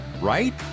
right